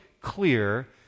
clear